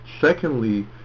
Secondly